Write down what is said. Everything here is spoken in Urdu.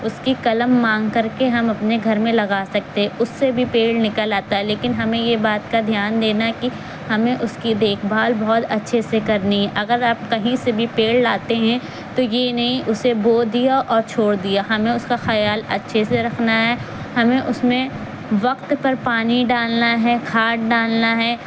اس کی قلم مانگ کر کے ہم اپنے گھر میں لگا سکتے اس سے بھی پیڑ نکل آتا ہے لیکن ہمیں یہ بات کا دھیان دینا ہے کہ ہمیں اس کی دیکھ بھال بہت اچھے سے کرنی ہے اگر آپ کہیں سے بھی پیڑ لاتے ہیں تو یہ نہیں اسے بو دیا اور چھوڑ دیا ہمیں اس کا خیال اچھے سے رکھنا ہے ہمیں اس میں وقت پر پانی ڈالنا ہے کھاد ڈالنا ہے